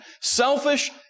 selfish